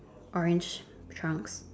orange trunks